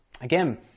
Again